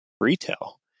retail